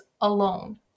alone